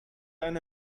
eine